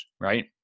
right